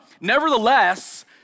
Nevertheless